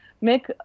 make